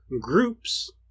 groups